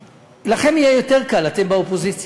לכם יהיה יותר קל, אתם באופוזיציה.